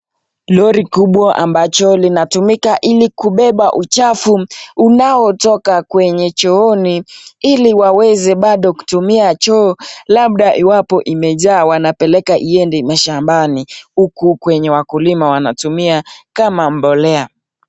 Lori kubwa ambacho linatumika ili kubeba uchafu unao toka kwenye chooni ili waeze bado kutumia choo labda iwapo imejaa wanapeleka iende mashambali kwenye wanakulima wanatumia kama mbolea.